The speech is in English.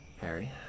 Harry